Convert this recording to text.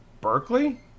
Berkeley